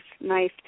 nice